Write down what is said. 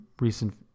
recent